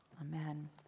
Amen